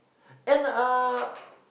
and uh